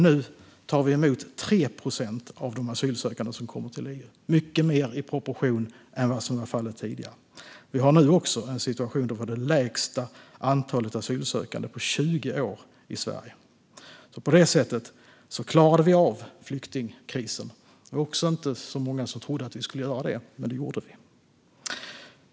Nu tar vi emot 3 procent av de asylsökande som kommer till EU - mycket mer proportionerligt än vad som var fallet tidigare. Vi har nu också det lägsta antalet asylsökande i Sverige på 20 år. På det sättet klarade vi av flyktingkrisen. Det var inte så många som trodde att vi skulle göra det heller, men det gjorde vi.